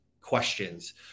questions